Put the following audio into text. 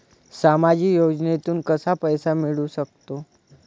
सामाजिक योजनेतून कसा पैसा मिळू सकतो?